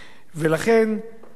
אם מדובר פה בקבוצה,